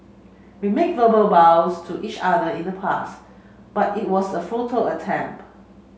we made verbal vows to each other in the past but it was a futile attempt